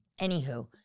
Anywho